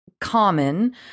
common